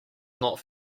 not